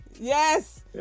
Yes